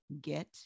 get